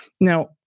Now